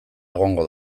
egongo